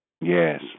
Yes